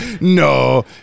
No